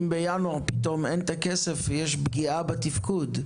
אם בינואר פתאום אין כסף, יש פגיעה בתפקוד.